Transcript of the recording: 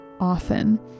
often